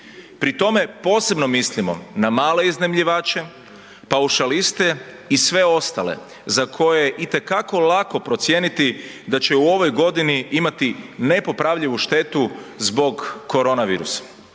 Pri tome posebno mislimo na male iznajmljivače, paušaliste i sve ostale za koje je i te kako lako procijeniti da će u ovoj godini imati nepopravljivu štetu zbog korona virusa.